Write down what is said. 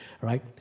right